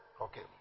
Okay